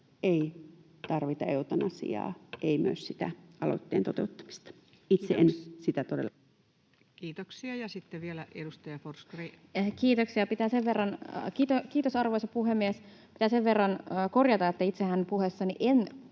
ei myöskään sitä aloitteen toteuttamista. Itse en sitä todella kannata. Kiitoksia. — Ja sitten vielä edustaja Forsgrén. Kiitos, arvoisa puhemies! Pitää sen verran korjata, että itsehän puheessani en